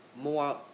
more